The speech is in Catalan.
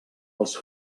els